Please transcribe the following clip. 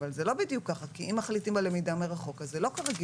אבל זה לא בדיוק ככה כי אם מחליטים על למידה מרחוק אז זה לא כרגיל,